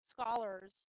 scholars